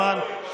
שלום.